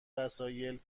وسایل